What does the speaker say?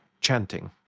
chanting